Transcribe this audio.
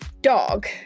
Dog